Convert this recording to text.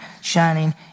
shining